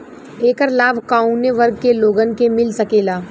ऐकर लाभ काउने वर्ग के लोगन के मिल सकेला?